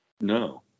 No